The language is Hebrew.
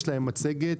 יש להם מצגת.